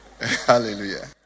Hallelujah